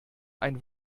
ein